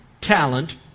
talent